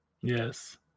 yes